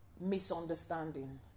misunderstanding